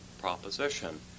proposition